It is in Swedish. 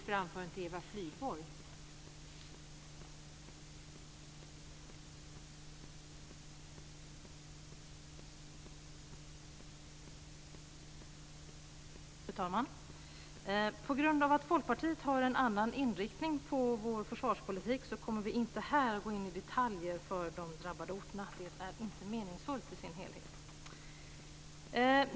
Fru talman! På grund av att Folkpartiet har en annan inriktning på sin försvarspolitik kommer vi inte här att gå in i detalj vad gäller de drabbade orterna. Det är inte meningsfullt.